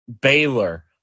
Baylor